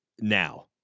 now